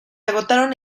agotaron